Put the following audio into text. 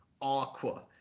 Aqua